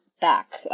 back